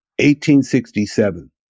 1867